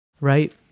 right